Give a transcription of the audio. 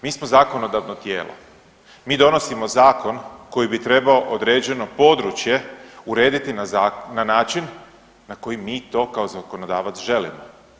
Mi smo zakonodavno tijelo, mi donosimo zakon koji bi trebao određeno područje urediti na način na koji mi to kao zakonodavac želimo.